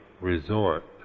resort